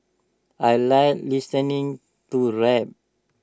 I Like listening to rap